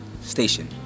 Station